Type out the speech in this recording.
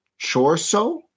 Chorso